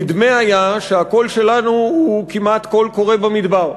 נדמה היה שהקול שלנו הוא כמעט קול קורא במדבר.